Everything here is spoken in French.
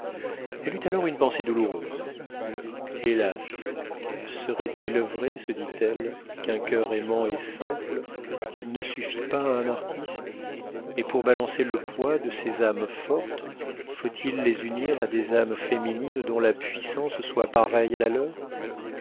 elle eut alors une pensée douloureuse hélas serait-il vrai se dit-elle qu'un coeur aimant et simple ne suffit pas à un artiste et pour balancer le poids de ces âmes fortes faut-il les unir à des âmes féminines dont la puissance soit pareille à la leur